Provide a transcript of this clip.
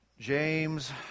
James